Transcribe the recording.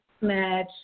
match